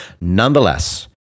Nonetheless